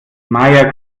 maja